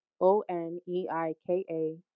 O-N-E-I-K-A